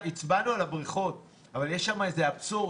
הצבענו על הבריכות, אבל יש שם איזה אבסורד,